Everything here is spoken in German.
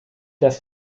das